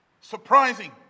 surprising